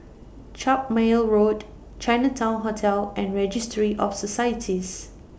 Carpmael Road Chinatown Hotel and Registry of Societies